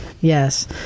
Yes